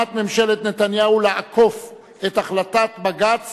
כוונת ממשלת נתניהו לעקוף את החלטת בג"ץ